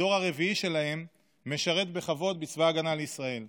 הדור הרביעי שלהם משרת בכבוד בצבא ההגנה לישראל.